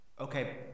Okay